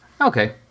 Okay